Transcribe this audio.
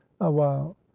awhile